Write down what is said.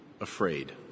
afraid